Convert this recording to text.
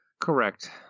Correct